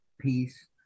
peace